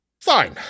Fine